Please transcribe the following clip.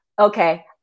Okay